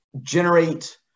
generate